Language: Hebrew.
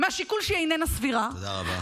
מהשיקול שהיא איננה סבירה, תודה רבה.